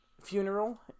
funeral